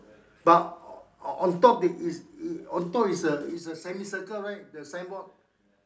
but on on top there is on top there is a on top is a semicircle right the signboard